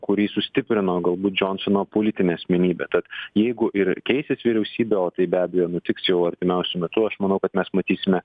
kurį sustiprino galbūt džionsono politinė asmenybė tad jeigu ir keisis vyriausybė o tai be abejo nutiks jau artimiausiu metu aš manau kad mes matysime